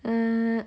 err